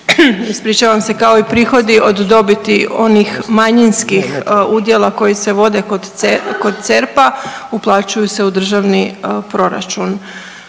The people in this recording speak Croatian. ispričavam se, kao i prihodi od dobiti onih manjinskih udjela koji se vode kod CERP-a, uplaćuju se u državni proračun.